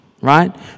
right